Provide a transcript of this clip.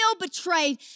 betrayed